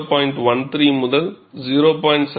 13 முதல் 0